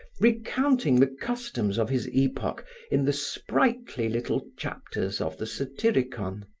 recounting the customs of his epoch in the sprightly little chapters of the satyricon.